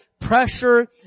pressure